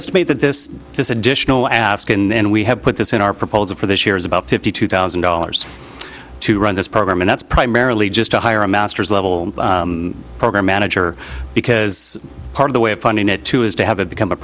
estimate that this this additional ask and we have put this in our proposal for this year is about fifty two thousand dollars to run this program and that's primarily just to hire a masters level program manager because part of the way of funding it too is to have it become a